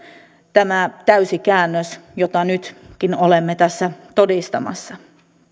tämä täyskäännös jota nytkin olemme tässä todistamassa